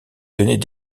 tenaient